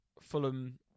Fulham